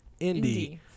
indie